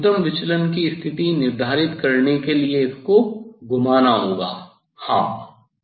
मुझे न्यूनतम विचलन की स्थिति निर्धारित करने के लिए इसको घुमाना होगा हाँ